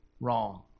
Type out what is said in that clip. wrong